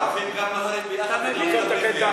אני מצביע בעד.